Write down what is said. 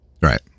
Right